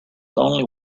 only